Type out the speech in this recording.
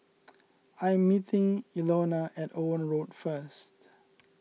I am meeting Ilona at Owen Road first